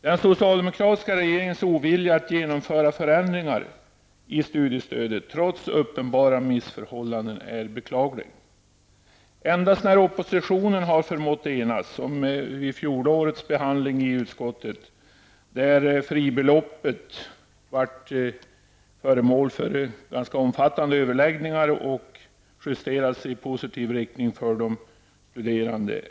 Den socialdemokratiska regeringens ovilja att genomföra förändringar i studiestödet trots uppenbara missförhållanden är beklaglig. Endast när oppositionen har förmått enas har det blivit resultat. Så skedde vid fjolårets behandling i utskottet när fribeloppet blev föremål för ganska omfattande överläggningar och justerades i positiv riktning för de studerande.